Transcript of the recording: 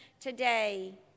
today